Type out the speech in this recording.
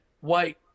white